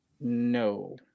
No